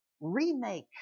remake